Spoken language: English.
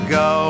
go